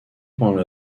pendant